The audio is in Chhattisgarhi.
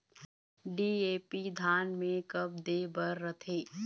डी.ए.पी धान मे कब दे बर रथे?